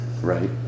right